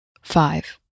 five